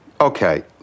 Okay